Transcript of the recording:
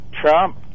Trump